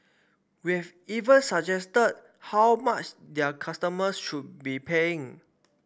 we have even suggested how much their customers should be paying